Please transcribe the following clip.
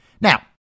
Now